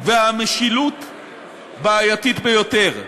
והמשילות בעייתית ביותר.